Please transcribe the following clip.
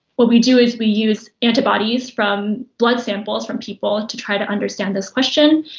what we do is we use antibodies from blood samples from people to try to understand this question,